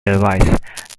advice